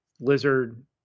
Lizard